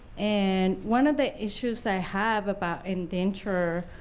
and one of the issues i have about indentured,